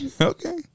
Okay